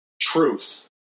truth